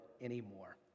anymore